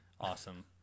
awesome